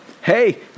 Hey